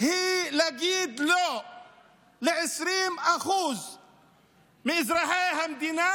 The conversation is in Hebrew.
היא להגיד לא ל-20% מאזרחי המדינה,